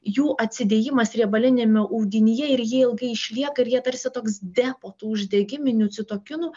jų atsidėjimas riebaliniame audinyje ir jie ilgai išlieka ir jie tarsi toks depo tų uždegiminių citokinų